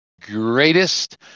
greatest